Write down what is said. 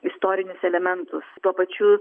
istorinius elementus tuo pačiu